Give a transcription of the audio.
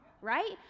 right